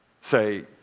say